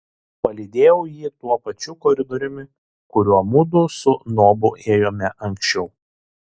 palydėjau jį tuo pačiu koridoriumi kuriuo mudu su nobu ėjome anksčiau